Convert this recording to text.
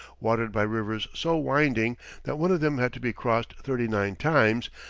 watered by rivers so winding that one of them had to be crossed thirty-nine times,